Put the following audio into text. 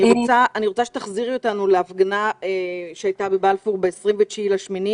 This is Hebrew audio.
אני רוצה שתחזירי אותנו להפגנה שהייתה בבלפור ב-29 באוגוסט.